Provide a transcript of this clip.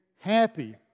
happy